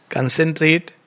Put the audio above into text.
Concentrate